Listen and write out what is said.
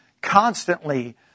constantly